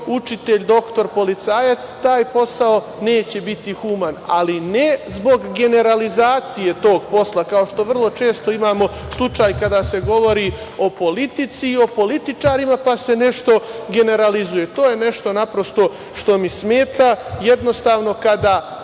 učitelj, doktor, policajac, taj posao neće biti human, ali ne zbog generalizacije tog posla, kao što vrlo često imamo slučaj kada se govori o politici i političarima, pa se nešto generalizuje. To je nešto naprosto što mi smeta. Jednostavno, kada